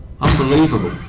Unbelievable